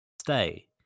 stay